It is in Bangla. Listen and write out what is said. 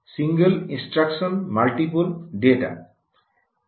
single instruction multiple data